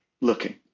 looking